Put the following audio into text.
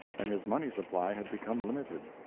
and his money supply had become limited.